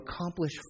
accomplish